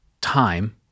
time